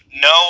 No